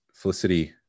Felicity